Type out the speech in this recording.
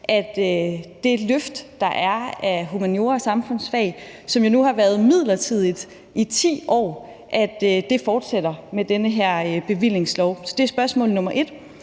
at det løft, der er af humaniora og samfundsfag, som jo nu har været midlertidigt i 10 år, fortsætter med den her bevillingslov. Det er spørgsmål nr.